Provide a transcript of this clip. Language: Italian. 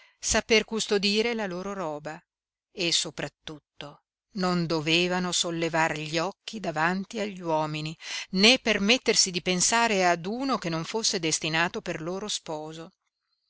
saper custodire la loro roba e soprattutto non dovevano sollevar gli occhi davanti agli uomini né permettersi di pensare ad uno che non fosse destinato per loro sposo